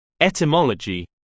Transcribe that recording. Etymology